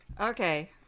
Okay